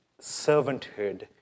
servanthood